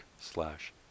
slash